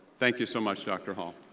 thank you so much, dr. hall.